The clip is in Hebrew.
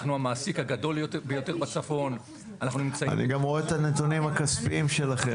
אנחנו המעסיק הגדול ביותר בצפון אני רואה גם את הנתונים הכספיים שלכם.